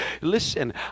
listen